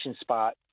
spot